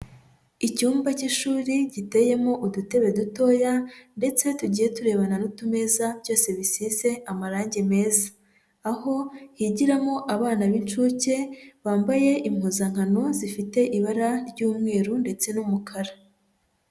Icyumba k'ishuri giteyemo udutebe dutoya ndetse tugiye turebana n'utumeza, byose bisize amarangi meza, aho higiramo abana b'incuke bambaye impuzankano zifite ibara ry'umweru ndetse n'umukara.